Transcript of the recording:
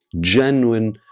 genuine